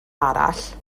arall